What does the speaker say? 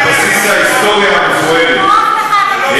על בסיס ההיסטוריה המפוארת.